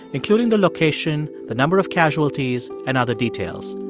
including the location, the number of casualties and other details.